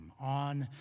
on